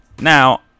Now